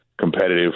competitive